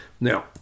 now